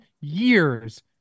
years